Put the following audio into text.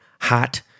hot